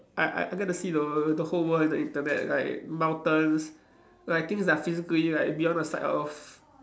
I I I get to see the world the whole world in the Internet like mountains like things that are physically like beyond the sight of